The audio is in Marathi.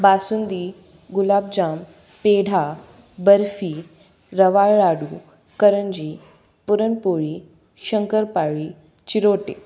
बासुंदी गुलाबजाम पेढा बर्फी रवा लाडू करंजी पुरणपोळी शंकरपाळी चिरोटे